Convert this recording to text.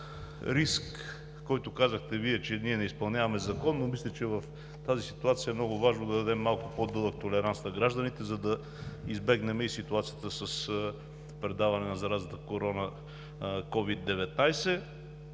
риск, който казахте Вие, че ние не изпълняваме закона. Но мисля, че в тази ситуация е много важно да дадем малко по-дълъг толеранс на гражданите, за да избегнем и ситуацията с предаване на заразата на COVID-19